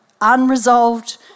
unresolved